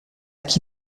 qui